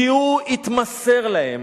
כי הוא התמסר להם,